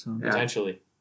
potentially